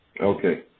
Okay